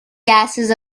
gases